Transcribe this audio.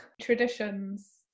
traditions